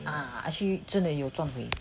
ah actrually 真的有赚会